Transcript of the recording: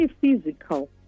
physical